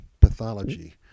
pathology